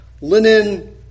linen